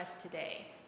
today